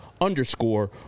underscore